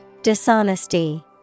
Dishonesty